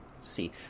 see